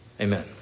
Amen